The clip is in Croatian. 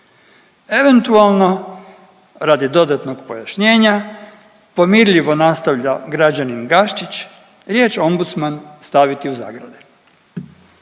Eventualno radi dodatnog pojašnjenja pomirljivo nastavlja građanin Gaščić riječ „ombudsman“ staviti u zagrade.